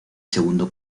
segundo